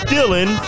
Dylan